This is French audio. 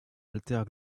artères